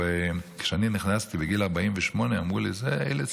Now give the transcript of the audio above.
כשאני נכנסתי בגיל 48 אמרו לי: אלה,